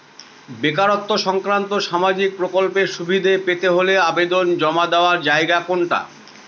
বেকারত্ব সংক্রান্ত সামাজিক প্রকল্পের সুবিধে পেতে হলে আবেদন জমা দেওয়ার জায়গা কোনটা?